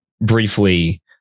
briefly